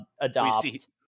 adopt